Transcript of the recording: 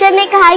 and me go.